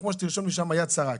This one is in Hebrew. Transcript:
זה כמו שתרשום לי שם יד שרה,